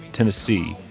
tennessee,